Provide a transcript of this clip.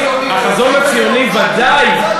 החזון הציוני ודאי,